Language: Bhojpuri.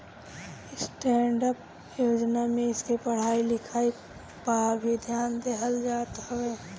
स्टैंडडप योजना में इनके पढ़ाई लिखाई पअ भी ध्यान देहल जात हवे